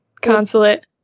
Consulate